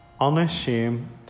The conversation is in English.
unashamed